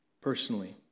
personally